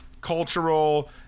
cultural